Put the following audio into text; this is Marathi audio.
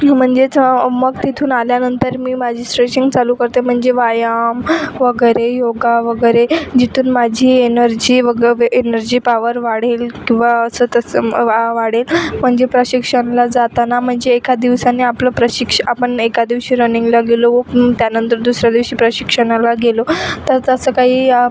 म्हणजेच मग तिथून आल्यानंतर मी माझी स्ट्रेचिंग चालू करते म्हणजे व्यायाम वगैरे योगा वगैरे जिथून माझी एनर्जी वगैरे वे एनर्जी पावर वाढेल किंवा असं तसं वा वाढेल म्हणजे प्रशिक्षणाला जाताना म्हणजे एका दिवसांनी आपलं प्रशिक्षण आपण एका दिवशी रनिंगला गेलो त्यानंतर दुसऱ्या दिवशी प्रशिक्षणाला गेलो तर तसं काही